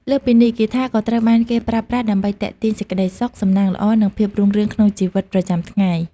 លើសពីនេះ គាថាក៏ត្រូវបានគេប្រើប្រាស់ដើម្បីទាក់ទាញសេចក្តីសុខ សំណាងល្អ និងភាពរុងរឿងក្នុងជីវិតប្រចាំថ្ងៃ។